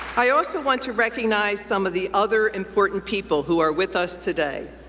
i also want to recognize some of the other important people who are with us today.